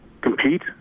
compete